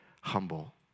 humble